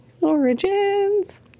Origins